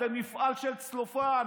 אתם מפעל של צלופן.